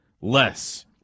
less